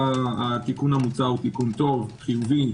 התיקון המוצע הוא טוב, חיובי.